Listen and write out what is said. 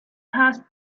passed